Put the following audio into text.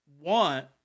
want